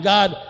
God